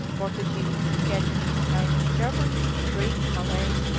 portuguese, genoese, french, germans, greeks, malays,